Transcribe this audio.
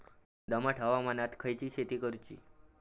दमट हवामानात खयली शेती करूची?